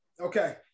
Okay